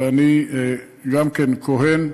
ואני גם כן כוהן.